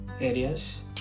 areas